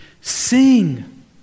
Sing